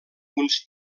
uns